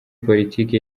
politiki